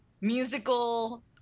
musical